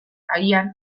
agian